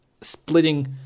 splitting